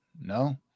No